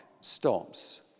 stops